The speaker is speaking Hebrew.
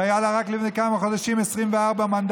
שהיו לה רק לפני כמה חודשים 24 מנדטים,